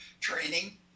training